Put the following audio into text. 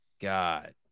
God